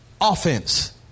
offense